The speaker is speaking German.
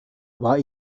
war